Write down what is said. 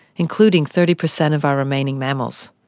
including thirty per cent of our remaining mammals.